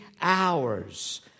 hours